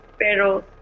pero